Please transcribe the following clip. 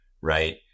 right